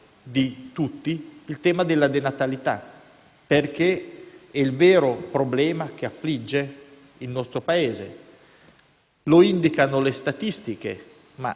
centrato il tema della denatalità, che è il vero problema che affligge il nostro Paese. Lo indicano le statistiche, ma